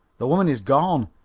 the woman is gone.